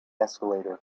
escalator